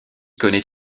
connaît